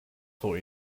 vor